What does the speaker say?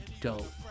dope